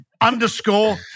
underscore